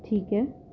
ٹھیک ہے